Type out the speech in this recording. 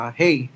hey